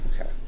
Okay